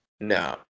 No